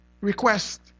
request